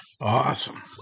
Awesome